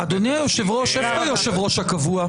אדוני היושב-ראש, איפה היושב-ראש הקבוע?